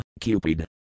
Cupid